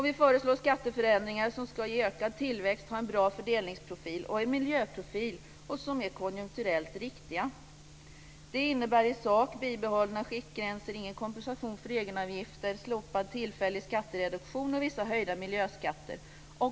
Vi föreslår skatteförändringar som ska ge ökad tillväxt, ha en bra fördelningsprofil och miljöprofil och som är konjunkturellt riktiga. Det innebär i sak bibehållna skiktgränser, ingen kompensation för egenavgifter, slopad tillfällig skattereduktion och vissa höjda miljöskatter.